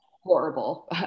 horrible